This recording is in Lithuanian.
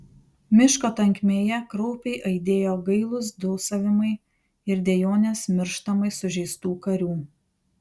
miško tankmėje kraupiai aidėjo gailūs dūsavimai ir dejonės mirštamai sužeistų karių